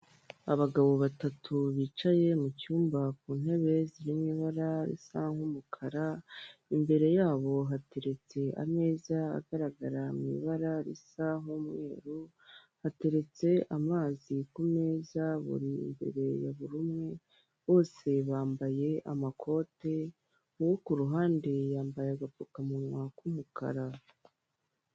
Abagabo batatu bicaye mu cyumba ku ntebe ziri mu ibara risa nk'umukara, imbere yabo hateretse ameza agaragara mu ibara risa n'umweru hateretse amazi kumeza imbere ya buri umwe bose bambaye amakote uwo ku ruhande yambaye agapfukamunwa k'umukara.